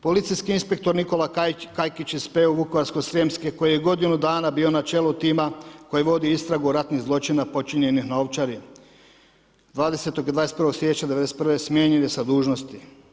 Policijski inspektor Nikola Kajkić iz PU Vukovarsko-srijemske koji je godinu dana bio na čelu tima koji vodi istragu ratnih zločina počinjenih na Ovčari, 20. i 21. siječnja 1991. smijenjen je sa dužnosti.